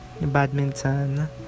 badminton